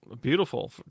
Beautiful